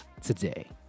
Today